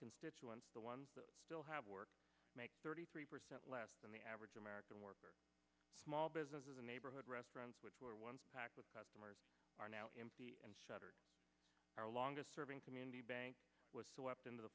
constituents the ones that still have work to make thirty three percent less than the average american worker small businesses a neighborhood restaurants which were once packed with customers are now empty and shuttered our longest serving community banks was swept into the